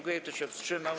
Kto się wstrzymał?